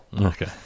Okay